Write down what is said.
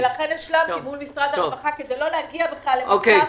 ולכן השלמתי מול משרד הרווחה כדי לא להגיע בכלל למצב כזה,